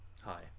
hi